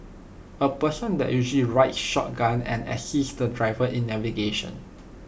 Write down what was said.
A person that usually rides shotgun and assists the driver in navigation